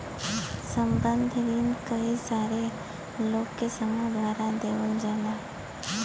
संबंद्ध रिन कई सारे लोग के समूह द्वारा देवल जाला